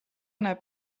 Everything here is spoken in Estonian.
näeb